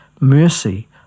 Mercy